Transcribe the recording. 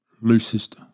loosest